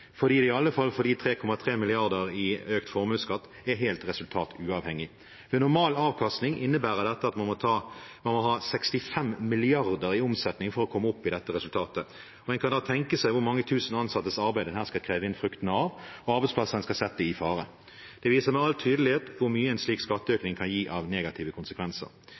fordi det iallfall for de 3,3 mrd. kr i økt formuesskatt er helt resultatuavhengig. Ved normal avkastning innebærer dette at man må ha 65 mrd. kr i omsetning for å komme opp i dette resultatet, og en kan da tenke seg hvor mange tusen ansattes arbeid en her skal kreve inn fruktene av, og arbeidsplasser en skal sette i fare. Det viser med all tydelighet hvor mye en slik skatteøkning kan gi av negative konsekvenser.